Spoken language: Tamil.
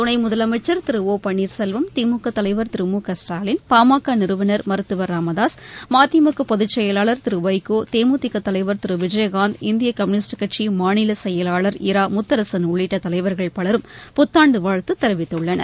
துணை முதலமைச்ச் திரு ஒ பன்னீர்செல்வம் திமுக தலைவா் திரு மு க ஸ்டாலின் பாமக நிறுவனா் மருத்துவர் ச ராமதாசு மதிமுக பொதுச்செயலாளர் திரு வைகோ தேமுதிக தலைவர் திரு விஜயகாந்த் இந்திய கம்யூனிஸ்ட் கட்சி மாநிலச்செயலாளர் இரா முத்தரசன் உள்ளிட்ட தலைவர்கள் பலரும் புத்தாண்டு வாழ்த்து தெரிவித்துள்ளன்